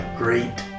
great